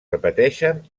repeteixen